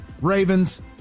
Ravens